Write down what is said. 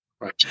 right